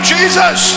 Jesus